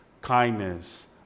kindness